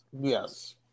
Yes